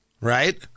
right